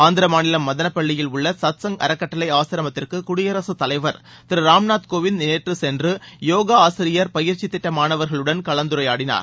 ஆந்திர மாநிலம் மதனப்பள்ளியில் உள்ள சத்சங்க் அறக்கட்டளை ஆசிரமத்திற்கு குடியரசு தலைவர் நேற்று சென்று யோகா ஆசிரியர் பயிற்சி திட்ட மாணவர்களுடன் கலந்துரையாடினார்